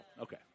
Okay